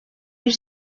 bir